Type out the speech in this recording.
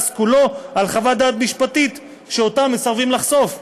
כולו על חוות דעת משפטית שאותה מסרבים לחשוף?